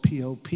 POP